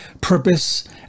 purpose